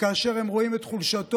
וכאשר הם רואים את חולשתו,